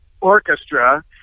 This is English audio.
orchestra